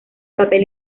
papel